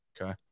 Okay